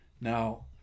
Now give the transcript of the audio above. Now